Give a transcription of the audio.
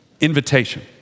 invitation